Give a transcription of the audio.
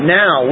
now